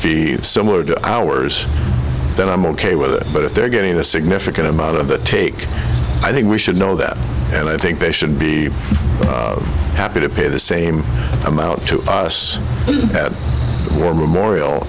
fee similar to ours then i'm ok with that but if they're getting a significant amount of the take i think we should know that and i think they should be happy to pay the same amount to us for memorial